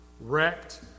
wrecked